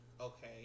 Okay